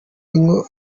inkiko